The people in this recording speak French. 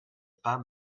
pas